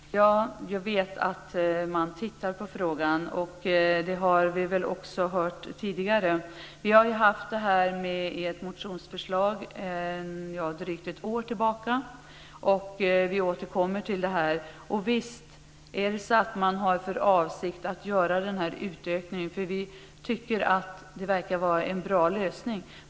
Fru talman! Jag vet att man tittar på frågan. Det har vi också hört tidigare. Vi har haft ert motionsförslag i drygt ett år. Vi återkommer till det. Vi tycker att denna utökning verkar vara en bra lösning, så det är bra om man har för avsikt att göra så.